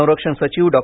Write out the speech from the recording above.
संरक्षण सचिव डॉ